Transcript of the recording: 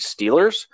Steelers